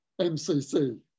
MCC